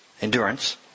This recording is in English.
endurance